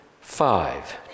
five